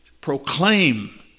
proclaim